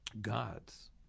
gods